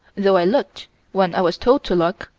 though i looked when i was told to look,